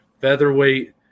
featherweight